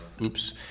oops